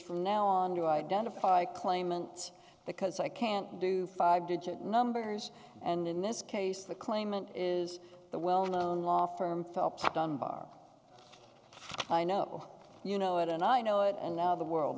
from now on to identify claimant because i can't do five digit numbers and in this case the claimant is the well known law firm phelps dunbar i know you know it and i know it and now the world